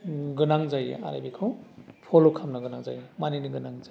गोनां जायो आरो बेखौ फल' खालामनो गोनां जायो मानिनो गोनां जायो